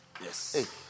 Yes